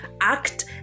act